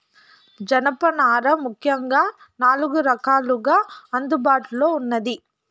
జనపనార ముఖ్యంగా నాలుగు రకాలుగా అందుబాటులో ఉన్నాది